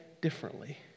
differently